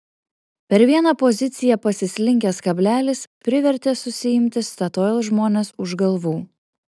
per vieną poziciją pasislinkęs kablelis privertė susiimti statoil žmones už galvų